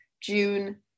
June